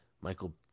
Michael